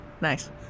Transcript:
Nice